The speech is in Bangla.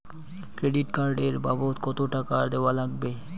ক্রেডিট কার্ড এর বাবদ কতো টাকা দেওয়া লাগবে?